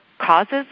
causes